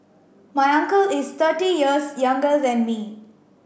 my uncle is thirty years younger than me